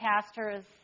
pastors